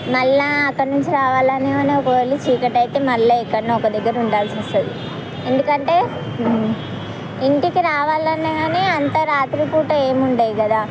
మళ్ళా అక్కద నుంచి రావాలని ఒకవేళ చీకటి అయితే మళ్ళా ఎక్కడ్నో ఒక దగ్గర ఉండాల్సి వస్తుంది ఎందుకంటే ఇంటికి రావాలన్నా కానీ అంత రాత్రిపూట ఏమీ ఉండవు కదా